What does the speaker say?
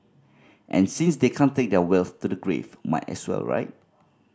and since they can't take their wealth to the grave might as well right